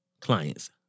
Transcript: clients